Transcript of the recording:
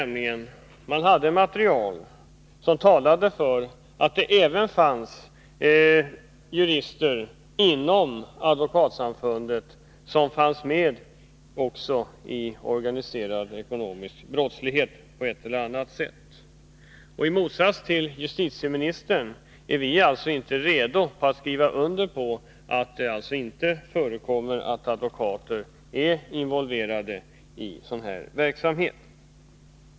Man hade material som talade för att även jurister inom Advokatsamfundet fanns med i den organiserade ekonomiska brottsligheten på ett eller annat sätt. I motsats till justitieministern är vi alltså inte beredda att skriva under på att det inte förekommer att advokater är involverade i sådan här verksamhet.